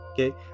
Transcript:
Okay